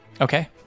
Okay